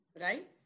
Right